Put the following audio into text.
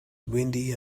windy